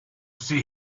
see